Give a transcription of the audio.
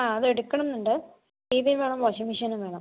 ആ അതെടുക്കണം എന്നുണ്ട് ടി വിയും വേണം വാഷിങ്ങ് മെഷീനും വേണം